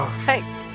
Hey